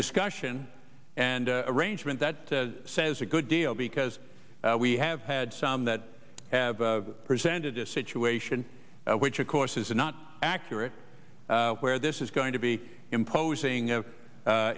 discussion and arrangement that says a good deal because we have had some that have presented a situation which of course is not accurate where this is going to be imposing